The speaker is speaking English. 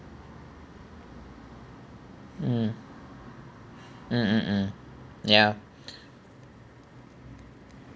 mm mm mm mm ya